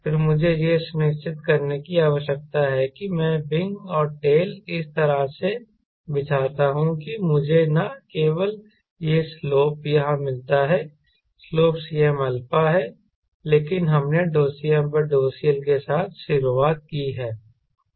फिर मुझे यह सुनिश्चित करने की आवश्यकता है कि मैं विंग और टेल इस तरह से बिछाता हूं कि मुझे न केवल यह स्लोप यहां मिलता है स्लोप Cmα है लेकिन हमने CmCL के साथ शुरुआत की है